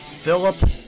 Philip